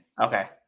okay